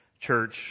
church